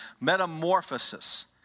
metamorphosis